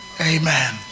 Amen